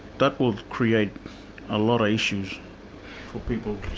that would create a lot of issues for people.